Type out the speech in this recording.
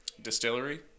distillery